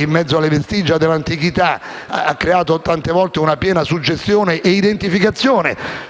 in mezzo alle vestigia dell'antichità ha creato tante volte una piena suggestione e identificazione